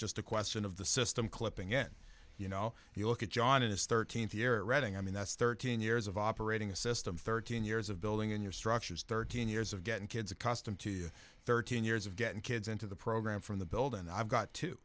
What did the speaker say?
just a question of the system clipping in you know you look at john in his thirteenth year reading i mean that's thirteen years of operating a system thirteen years of building in your structures thirteen years of getting kids accustomed to thirteen years of getting kids into the program from the build and i've got to